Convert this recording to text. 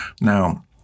Now